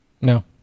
No